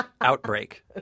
Outbreak